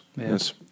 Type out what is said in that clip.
Yes